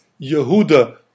Yehuda